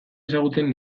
ezagutzen